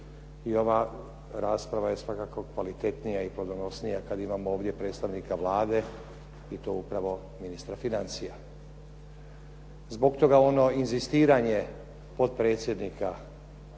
i ova rasprava je svakako kvalitetnija i plodonosnija kad imamo ovdje predstavnika Vlade i to upravo ministra financija. Zbog toga ono inzistiranje potpredsjednika